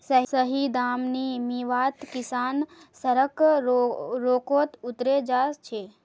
सही दाम नी मीवात किसान सड़क रोकोत उतरे जा छे